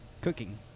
Cooking